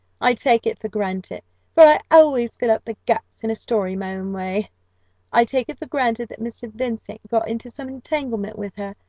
i take it for granted for i always fill up the gaps in a story my own way i take it for granted that mr. vincent got into some entanglement with her,